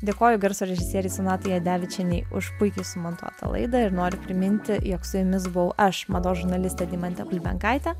dėkoju garso režisierei sonatai jadevičienei už puikiai sumontuotą laidą ir noriu priminti jog su jumis buvau aš mados žurnalistė deimantė bulbenkaitė